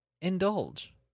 indulge